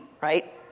right